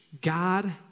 God